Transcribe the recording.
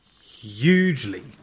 Hugely